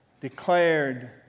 declared